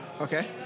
Okay